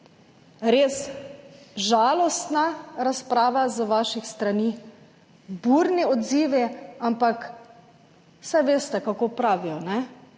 res žalostna razprava z vaše strani, burni odzivi, ampak saj veste, kako pravijo, ko